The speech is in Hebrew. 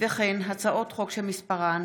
וכן הצעות חוק שמספרן